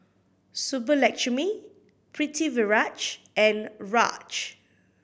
Subbulakshmi Pritiviraj and Raj